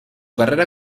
carrera